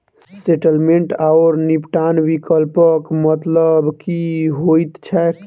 Settlement आओर निपटान विकल्पक मतलब की होइत छैक?